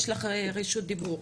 יש לך רשות דיבור.